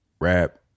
rap